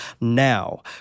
Now